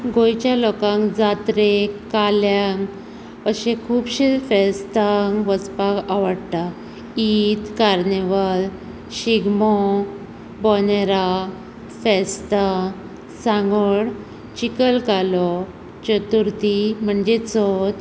गोंयच्या लोकांक जात्रेक काल्याक अशें खुबशें फेस्तांक वचपाक आवडटा इर्द कार्निवाल शिगमो बोनेरां फेस्तां सांगोड चिखल कालो चर्तुथी म्हणजे चवथ